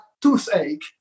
toothache